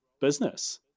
business